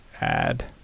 add